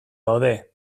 daude